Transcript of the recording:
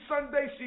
Sunday